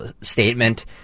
statement